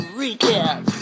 recap